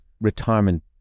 retirement